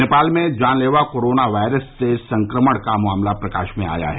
नेपाल में जानलेवा corona virus से संक्रमण का मामला प्रकाश में आया है